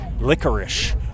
Licorice